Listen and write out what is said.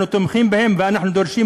אנחנו תומכים בהם ואנחנו דורשים,